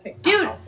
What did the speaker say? dude